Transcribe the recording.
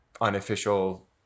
unofficial